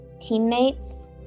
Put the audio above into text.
teammates